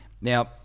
Now